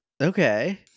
Okay